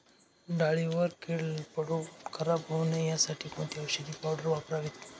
डाळीवर कीड पडून खराब होऊ नये यासाठी कोणती औषधी पावडर वापरावी?